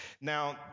Now